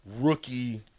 rookie